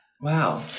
Wow